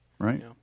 Right